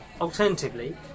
alternatively